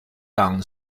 down